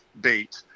bait